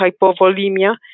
hypovolemia